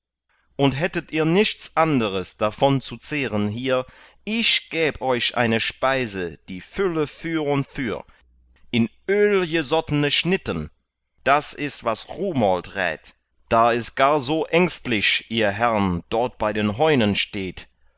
und hättet ihr nichts anderes davon zu zehren hier ich gäb euch eine speise die fülle für und für in öl gesottne schnitten das ist was rumold rät da es gar so ängstlich ihr herrn dort bei den heunen steht